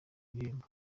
ibihembo